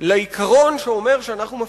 לעיקרון שאומר שאנחנו מפרידים.